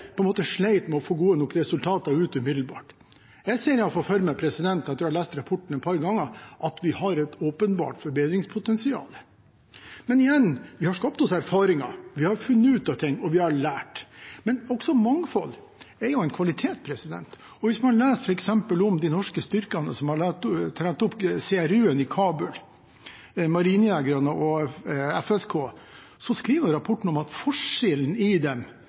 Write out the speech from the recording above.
med å få gode nok resultater umiddelbart? Jeg ser i alle fall for meg, etter å ha lest rapporten et par ganger, at vi har et åpenbart forbedringspotensial. Men igjen: Vi har skapt oss erfaringer, vi har funnet ut av ting, og vi har lært. Men mangfold er også en kvalitet. Hvis man leser f.eks.om de norske styrkene som har trent opp CRU-en i Kabul, marinejegerne og FSK, skrives det i rapporten at forskjellene mellom dem